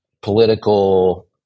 political –